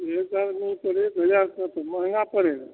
दो चार आदमी का रेट बिहार का तो महंगा पड़ेगा